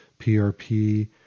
PRP